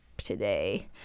today